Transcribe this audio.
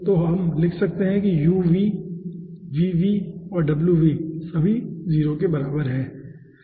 तो हम लिख सकते हैं कि uv vv और wv सभी 0 के बराबर हैं ठीक है